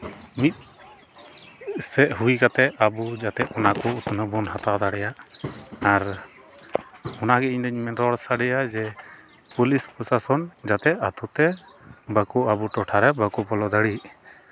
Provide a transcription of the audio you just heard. ᱢᱤᱫ ᱥᱮᱫ ᱦᱩᱭ ᱠᱟᱛᱮᱫ ᱟᱵᱚ ᱡᱟᱛᱮ ᱚᱱᱟ ᱠᱚ ᱩᱛᱱᱟᱹᱣ ᱵᱚᱱ ᱦᱟᱛᱟᱣ ᱫᱟᱲᱭᱟᱜ ᱟᱨ ᱚᱱᱟ ᱜᱮ ᱤᱧᱫᱩᱧ ᱨᱚᱲ ᱥᱟᱰᱮᱭᱟ ᱡᱮ ᱯᱩᱞᱤᱥ ᱯᱨᱚᱥᱟᱥᱚᱱ ᱡᱟᱛᱮ ᱟᱹᱛᱩ ᱛᱮ ᱵᱟᱠᱚ ᱟᱵᱚ ᱴᱚᱴᱷᱟ ᱨᱮ ᱵᱟᱠᱚ ᱵᱚᱞᱚ ᱫᱟᱲᱮᱜ